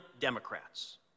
Democrats